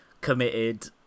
committed